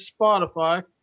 spotify